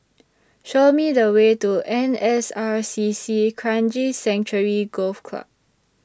Show Me The Way to N S R C C Kranji Sanctuary Golf Club